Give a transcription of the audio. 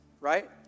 right